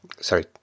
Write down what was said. sorry